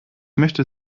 möchte